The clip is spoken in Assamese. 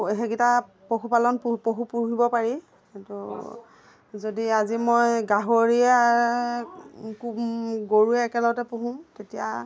সেইকেইটা পশুপালন পুহিব পাৰি কিন্তু যদি আজি মই গাহৰিয়ে গৰুৱে একেলগতে পোহোঁ তেতিয়া